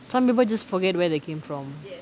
some people just forget where they came from